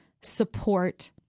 support